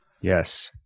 Yes